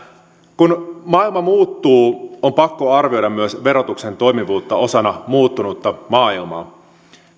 kun maailma muuttuu on pakko arvioida myös verotuksen toimivuutta osana muuttunutta maailmaa